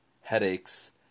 headaches